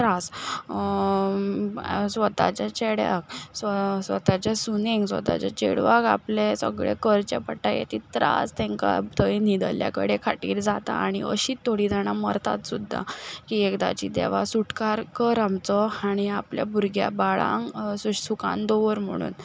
त्रास स्वताच्या चेड्याक स्वताच्या सुनेक वा ताच्या चेडवाक आपलें सगळें करचें पडटा त्रास तांकां थंय न्हिदल्ल्या कडेन खाटीर जाता आनी अशीं थोडीं जाणां मरतात सुद्दां की एकदांची देवा सुटका कर आमचो आनी आपल्या भुरग्यां बाळांक सुखांत दवर म्हणून